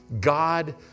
God